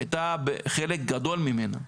הייתה, חלק גדול ממנה,